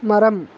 மரம்